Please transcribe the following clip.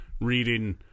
reading